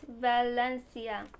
Valencia